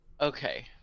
Okay